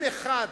אם אחד